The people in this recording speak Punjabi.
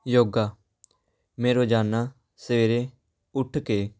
ਯੋਗਾ ਮੈਂ ਰੋਜ਼ਾਨਾ ਸਵੇਰੇ ਉੱਠ ਕੇ